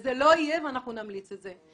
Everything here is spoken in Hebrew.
וזה לא יהיה ואנחנו נמליץ את זה".